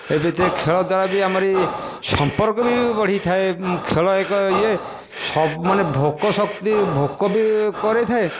ଏମିତିରେ ଖେଳ ଦ୍ୱାରା ବି ଆମରି ସଂପର୍କ ବି ବଢ଼ିଥାଏ ଖେଳ ଏକ ଇଏ ମାନେ ଭୋକ ଶକ୍ତି ଭୋକ ବି କରାଇଥାଏ